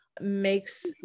makes